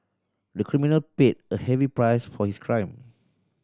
the criminal paid a heavy price for his crime